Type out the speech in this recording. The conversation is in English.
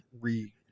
re